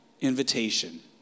invitation